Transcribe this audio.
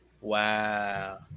Wow